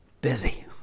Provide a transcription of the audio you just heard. busy